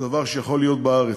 זה דבר שיכול להיות בארץ.